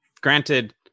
Granted